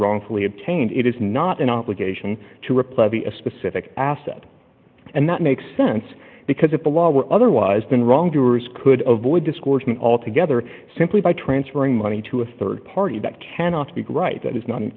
wrongfully obtained it is not an obligation to rip levy a specific asset and that makes sense because if the law were otherwise been wrong doers could avoid discourse altogether simply by transferring money to a rd party that cannot be right that is not in